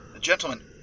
Gentlemen